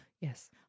Yes